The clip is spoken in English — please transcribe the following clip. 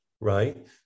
right